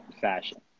fashion